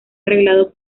arreglado